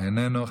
איננו.